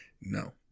no